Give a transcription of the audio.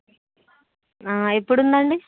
ఎప్పుడు ఉందండి